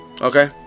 Okay